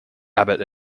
abbott